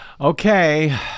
Okay